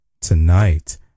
tonight